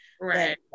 Right